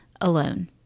alone